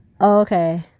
okay